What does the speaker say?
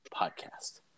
podcast